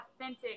authentic